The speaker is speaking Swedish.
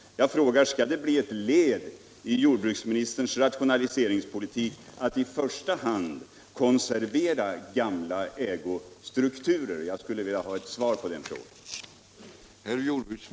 Jag frågar: Skall det bli ett servera gamla ägostrukturer? Jag skulle vilja ha ett svar på den frågan.